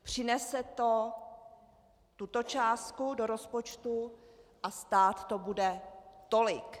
Přinese to tuto částku do rozpočtu a stát to bude tolik.